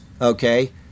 okay